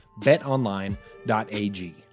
betonline.ag